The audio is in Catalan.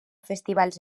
festivals